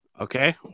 Okay